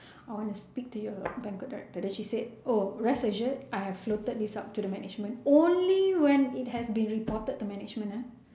I want to speak to your banquet director then she said oh rest assured I have floated this up to the management only when it has been reported to management ah